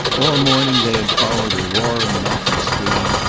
all morning they had followed a roaring mountain stream,